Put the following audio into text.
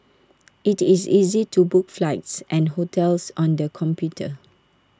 IT is easy to book flights and hotels on the computer